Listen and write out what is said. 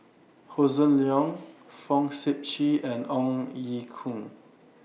Hossan Leong Fong Sip Chee and Ong Ye Kung